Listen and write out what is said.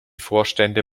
vorstände